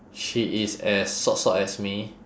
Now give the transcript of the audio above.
she is as sot sot as me